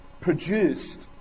produced